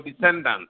descendants